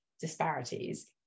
disparities